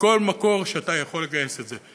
מכל מקור שאתה יכול לגייס את זה.